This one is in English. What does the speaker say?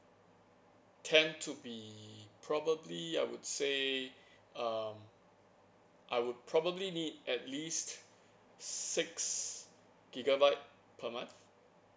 tend to be probably I would say um I would probably need at least six gigabyte per month